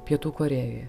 pietų korėjoje